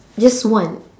just one